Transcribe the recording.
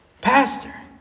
Pastor